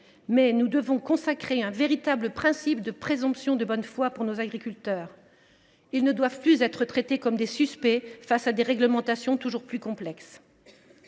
Mais nous devons consacrer un véritable principe de présomption de bonne foi pour nos agriculteurs. Ils ne doivent plus être traités comme des suspects face à des réglementations toujours plus complexes.